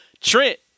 Trent